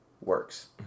works